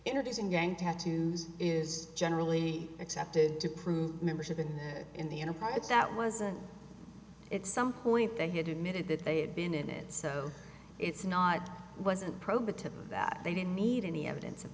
introducing gang tattoos is generally accepted to prove membership in the in the enterprise that wasn't at some point they had admitted that they had been in it so it's not wasn't prohibitive that they didn't need any evidence of